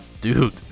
Dude